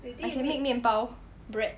I can make 面包 bread